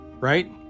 right